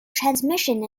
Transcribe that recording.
transmission